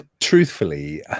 truthfully